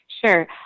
Sure